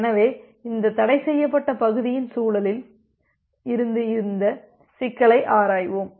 எனவே இந்த தடைசெய்யப்பட்ட பகுதியின் சூழலில் இருந்து இந்த சிக்கலை ஆராய்வோம்